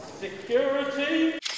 Security